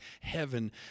heaven